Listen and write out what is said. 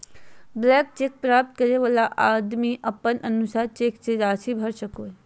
blank cheque प्राप्त करे वाला आदमी अपन अनुसार चेक मे राशि भर सको हय